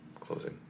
Closing